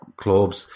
clubs